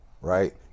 right